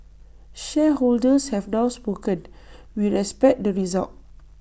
shareholders have now spoken we respect the result